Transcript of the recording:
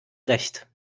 recht